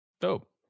Dope